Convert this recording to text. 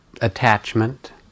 attachment